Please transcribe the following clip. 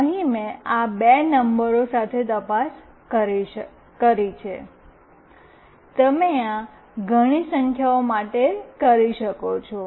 અહીં મેં આ બે નંબરો સાથે તપાસ કરી છે તમે આ ઘણી સંખ્યાઓ માટે કરી શકો છો